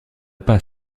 pas